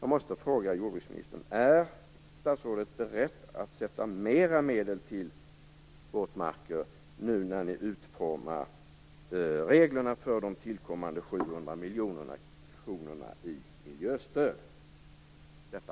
Jag måste fråga jordbruksministern: Är statsrådet beredd att avsätta mer medel till våtmarker när ni nu utformar reglerna för de tillkommande 700 miljoner kronorna i miljöstöd?